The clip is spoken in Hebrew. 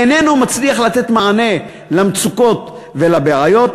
איננו מצליח לתת מענה למצוקות ולבעיות,